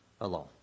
alone